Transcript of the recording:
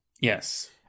yes